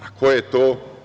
A ko je to?